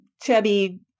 chubby